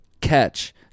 catch